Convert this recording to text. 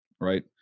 right